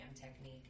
technique